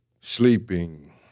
sleeping